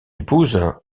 épouse